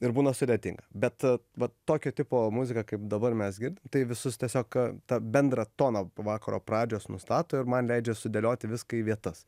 ir būna sudėtinga bet va tokio tipo muzika kaip dabar mes gird tai visus tiesiog tą bendrą toną vakaro pradžios nustato ir man leidžia sudėlioti viską į vietas